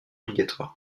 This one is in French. obligatoire